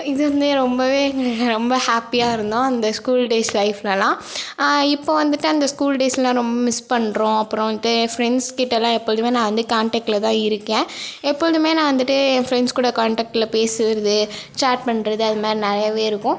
இது வந்து ரொம்பவே எங்களுக்கு ரொம்ப ஹேப்பியாக இருந்தோம் அந்த ஸ்கூல் டேஸ் லைஃப்லலாம் இப்போ வந்துட்டு அந்த ஸ்கூல் டேஸ்லாம் ரொம்ப மிஸ் பண்ணுறோம் அப்புறம் வந்துட்டு என் ஃப்ரெண்ட்ஸ் கிட்டலாம் எப்பொழுதுமே நான் வந்து காண்டக்ட்டில் தான் இருக்கேன் எப்பொழுதுமே நான் வந்துட்டு என் ஃப்ரெண்ட்ஸ் கூட காண்டக்ட்டில் பேசுகிறது சேட் பண்ணுறது அது மாதிரி நிறையவே இருக்கும்